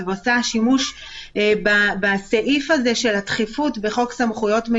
באים לדברים אחרים.